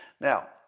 Now